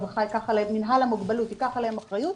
שמינהל המוגבלות ייקח עליהם אחריות,